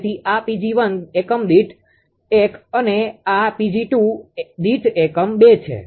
તેથી આ 𝑃𝑔1 દીઠ એકમ 1 અને આ 𝑃𝑔2 દીઠ એકમ 2 છે